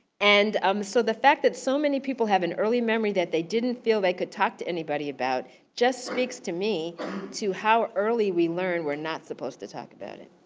and um so the fact that so many people have an early memory that they didn't feel they could talk to anybody about just speaks to me to how early we learn that we're not supposed to talk about it.